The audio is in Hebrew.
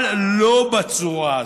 אבל לא בצורה הזאת.